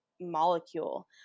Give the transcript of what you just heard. molecule